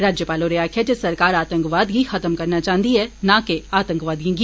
राज्यपाल होरें आक्खेआ जे सरकार आतंकवाद गी खत्म करना चाहन्दी ऐ नां के आतंकवादिए गी